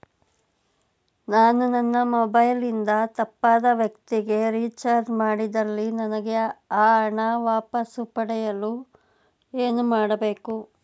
ನಾನು ನನ್ನ ಮೊಬೈಲ್ ಇಂದ ತಪ್ಪಾದ ವ್ಯಕ್ತಿಗೆ ರಿಚಾರ್ಜ್ ಮಾಡಿದಲ್ಲಿ ನನಗೆ ಆ ಹಣ ವಾಪಸ್ ಪಡೆಯಲು ಏನು ಮಾಡಬೇಕು?